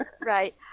Right